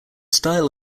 style